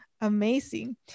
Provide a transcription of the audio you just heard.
amazing